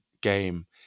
game